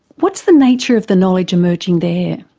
what is the nature of the knowledge emerging there?